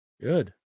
good